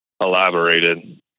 elaborated